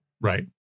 Right